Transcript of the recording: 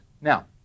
Now